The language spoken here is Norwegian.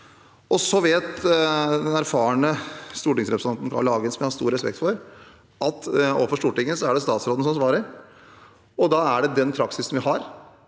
Så vet den erfarne stortingsrepresentanten Carl I. Hagen, som jeg har stor respekt for, at overfor Stortinget er det statsråden som svarer, og vi har den praksis at